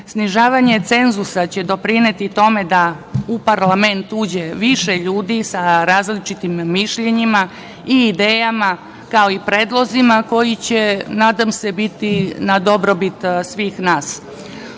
način. Snižavanje cenzusa će doprineti tome da u parlament uđe više ljudi sa različitim mišljenjima i idejama, kao i predlozima koji će, nadam se, biti na dobrobit svih nas.U